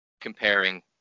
comparing